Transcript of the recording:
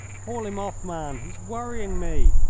call him off, man! he's worrying me!